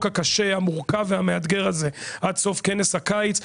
הקשה המורכב והמאתגר הזה עד סוף כנס הקיץ,